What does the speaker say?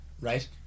Right